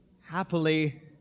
happily